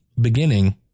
beginning